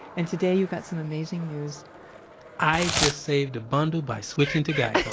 and today you got some amazing news i just saved a bundle by switching to geico.